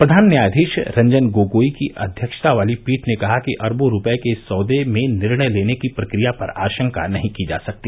प्रधान न्यायधीश रंजन गोगाई की अध्यक्षता वाली पीठ ने कहा कि अरबों रूपये के इस सौदे में निर्णय लेने की प्रक्रिया पर आशंका नहीं की जा सकती